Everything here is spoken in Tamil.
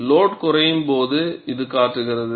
லோடு குறையும் போது இது காட்டுகிறது